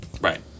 Right